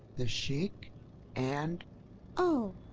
the sheik and oh!